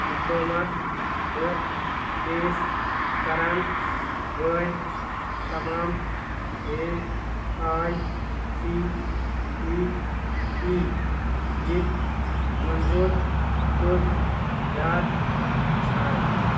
diploma تہٕ پیش کران وٲلی تمام A I C T E Manzoor Dar ژھارٕنی